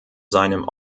seinem